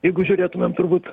jeigu žiūrėtumėm turbūt